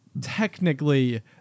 technically